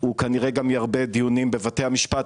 הוא כנראה גם ירבה דיונים בבתי המשפט,